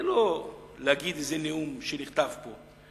זה לא להגיד איזה נאום שנכתב פה,